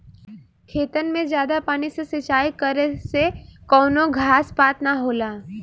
खेतन मे जादा पानी से सिंचाई करे से कवनो घास पात ना होला